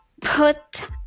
put